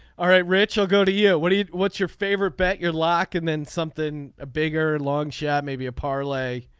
all right rich i'll go to you. what do you what's your favorite bet your lock and then something bigger long shot maybe a parlay.